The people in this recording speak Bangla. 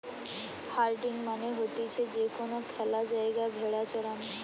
হার্ডিং মানে হতিছে যে কোনো খ্যালা জায়গায় ভেড়া চরানো